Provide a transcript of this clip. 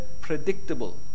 predictable